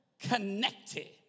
connected